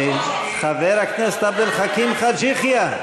חבר הכנסת עבד אל חכים חאג' יחיא,